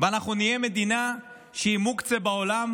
ונהיה מדינה שהיא מוקצה בעולם,